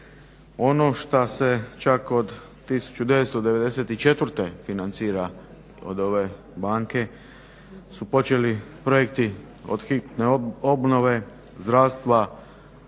Ono šta se čak od 1994. financira od ove banke su počeli projekti od hitne obnove zdravstva,